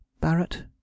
Barrett